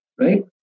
Right